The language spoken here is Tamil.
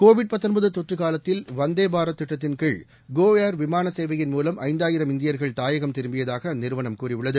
கோவிட் தொற்று காலத்தில் வந்தே பாரத் திட்டத்தின் கீழ் கோ ஏர் விமான சேவையின் மூவம் ஐந்தாயிரம் இந்தியர்கள் தாயகம் திரும்பியதாக அந்நிறுவனம் கூறியுள்ளது